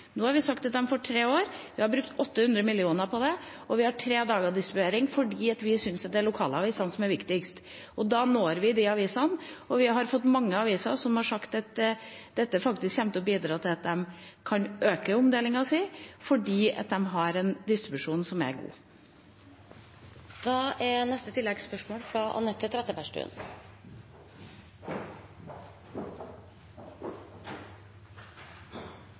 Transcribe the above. Vi har brukt 800 mill. kr på det, og vi har tre dager med distribuering fordi vi syns det er lokalavisene som er viktigst. Da når vi de avisene, og mange aviser har sagt at dette faktisk kommer til å bidra til at de kan øke omdelingen sin, fordi de har en distribusjon som er god. Anette Trettebergstuen – til oppfølgingsspørsmål. Lokalavisen er